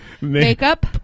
Makeup